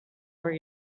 were